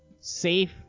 safe